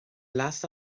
leas